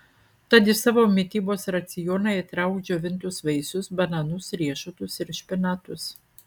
tad į savo mitybos racioną įtrauk džiovintus vaisius bananus riešutus ir špinatus